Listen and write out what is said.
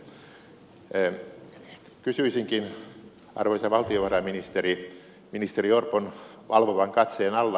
kysyisinkin arvoisa valtiovarainministeri ministeri orpon valvovan katseen alla